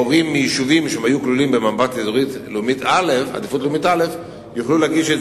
הורים מיישובים שהיו כלולים במפת עדיפות לאומית א' יוכלו להגיש את